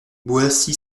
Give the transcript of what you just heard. boissy